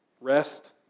Rest